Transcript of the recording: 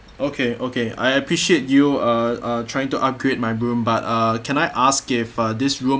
okay okay I appreciate you uh trying to upgrade my room but uh can I ask if uh this roo~